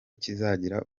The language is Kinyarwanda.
kizagira